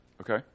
Okay